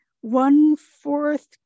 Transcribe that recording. one-fourth